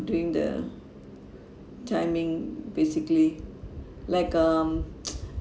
doing the timing basically like um